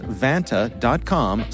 vanta.com